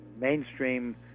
mainstream